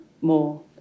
more